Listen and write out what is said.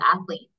athlete